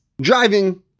driving